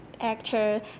actor